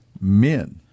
men